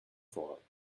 vorrang